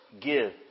give